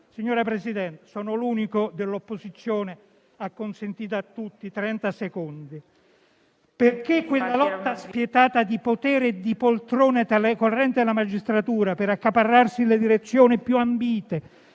Signor Presidente, sono l'unico dell'opposizione a intervenire. Ha consentito a tutti trenta secondi in più. Quella lotta spietata di potere e di poltrone tra le correnti della magistratura per accaparrarsi le direzioni più ambite,